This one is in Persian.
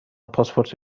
پاسپورت